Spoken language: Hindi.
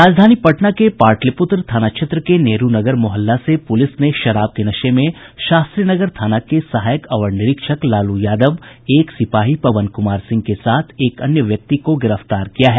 राजधानी पटना के पाटलिपुत्र थाना क्षेत्र के नेहरूनगर मोहल्ला से पुलिस ने शराब के नशे में शास्त्रीनगर थाना के सहायक अवर निरीक्षक लालू यादव और एक सिपाही पवन कुमार सिंह के साथ एक व्यक्ति को गिरफ्तार किया है